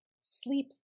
sleep